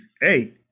Hey